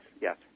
yes